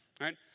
Right